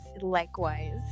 likewise